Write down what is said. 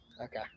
Okay